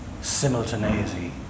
simultaneity